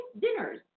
dinners